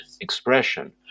expression